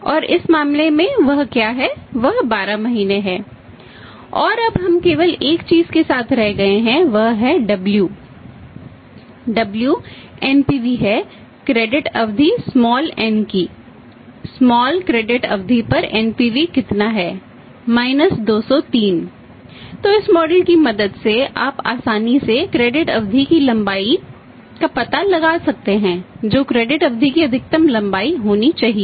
यह M के बाद "CP" क्रेडिट अवधि की अधिकतम लंबाई होनी चाहिए